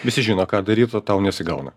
visi žino ką daryt o tau nesigauna